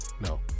no